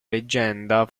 leggenda